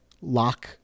lock